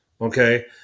Okay